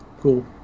cool